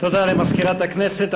תודה למזכירת הכנסת.